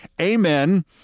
amen